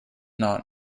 not